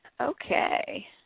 Okay